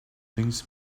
things